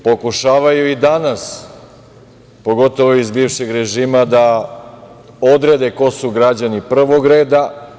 Pokušavaju i danas, pogotovo ovi iz bivšeg režima da odrede ko su građani prvog reda.